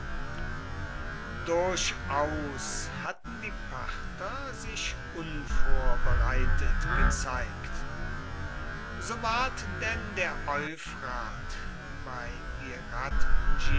durchaus hatten die parther sich unvorbereitet gezeigt so ward denn der euphrat bei